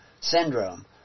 syndrome